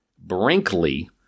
Brinkley